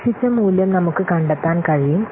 പ്രതീക്ഷിച്ച മൂല്യം നമുക്ക് കണ്ടെത്താൻ കഴിയും